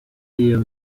iyo